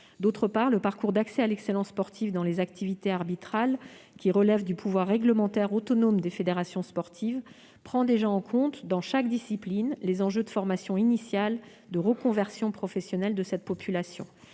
Ensuite, le parcours d'accès à l'excellence sportive dans les activités arbitrales, qui relève du pouvoir réglementaire autonome des fédérations sportives, prend déjà en compte, dans chaque discipline, les enjeux de formation initiale et de reconversion professionnelle de cette population.